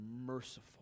merciful